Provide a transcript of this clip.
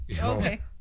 Okay